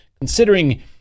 considering